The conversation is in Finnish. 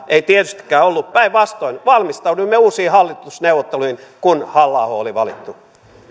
ei tietystikään ollut päinvastoin valmistauduimme uusiin hallitusneuvotteluihin kun halla aho oli valittu